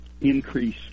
increase